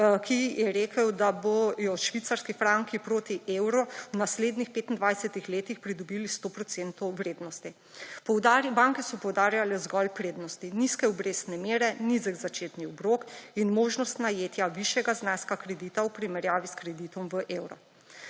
ki je rekel, da bodo švicarski franki proti evro v naslednjih 25 letih pridobili 100 procentov vrednoti. Poudarim, da banke so poudarjale zgolj prednosti: nizke obrestne mere, nizek začetni obrok in možnost najetja višjega zneska kredita v primerjavi s kreditom v evrih.